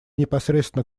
непосредственно